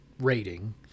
rating